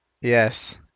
Yes